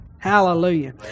Hallelujah